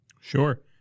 Sure